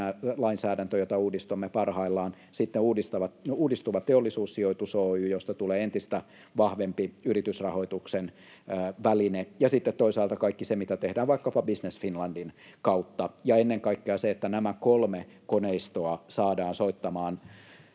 Finnvera-lainsäädäntö, jota uudistamme parhaillaan, uudistuva Teollisuussijoitus Oy, josta tulee entistä vahvempi yritysrahoituksen väline, ja sitten toisaalta kaikki se, mitä tehdään vaikkapa Business Finlandin kautta. Ja ennen kaikkea se, että nämä kolme koneistoa saadaan soittamaan